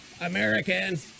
American